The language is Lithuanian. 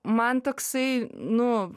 man toksai nu